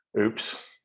oops